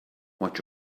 watch